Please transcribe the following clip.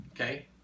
Okay